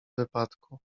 wypadku